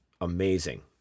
amazing